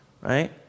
right